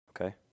Okay